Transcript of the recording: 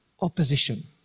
opposition